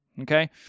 Okay